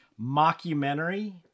mockumentary